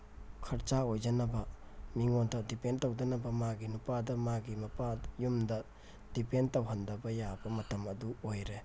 ꯈꯔꯆꯥ ꯑꯣꯏꯖꯅꯕ ꯃꯣꯉꯄꯟꯗ ꯗꯤꯄꯦꯟ ꯇꯧꯗꯅꯕ ꯃꯥꯒꯤ ꯅꯨꯄꯥꯗ ꯃꯥꯒꯤ ꯌꯨꯝꯗ ꯗꯤꯄꯦꯟ ꯇꯧꯍꯟꯗꯕ ꯌꯥꯕ ꯃꯇꯝ ꯑꯗꯨ ꯑꯣꯏꯔꯦ